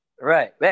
Right